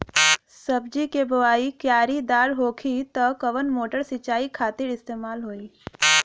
सब्जी के बोवाई क्यारी दार होखि त कवन मोटर सिंचाई खातिर इस्तेमाल होई?